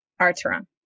Arteron